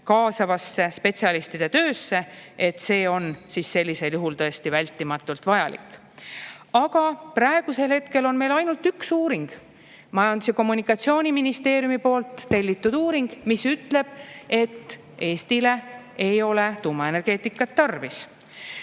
kaasavasse spetsialistide töösse ja et see on sellisel juhul tõesti vältimatult vajalik. Aga praegu on meil ainult üks uuring, Majandus- ja Kommunikatsiooniministeeriumi tellitud uuring, mis ütleb, et Eestil ei ole tuumaenergeetikat tarvis.